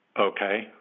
Okay